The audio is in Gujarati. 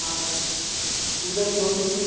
હા ઉદય જોશી